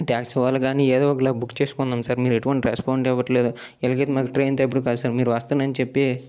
ట్యాక్సీవాలకానీ ఏదొ ఒకలాగా బుక్ చేసుకుందుం సార్ మీరు ఎటువంటి రెస్పాండు ఇవ్వట లేదు ఇలాగైతే మాకు ట్రైనుతో ఎపుడు కాదు సార్ మీరు వస్తాను అని చెప్పి